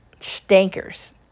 stankers